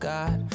God